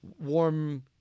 Warm